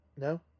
No